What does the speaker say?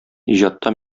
иҗатта